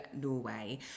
Norway